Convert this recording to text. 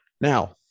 Now